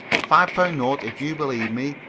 a five-pound note, if you'll believe me,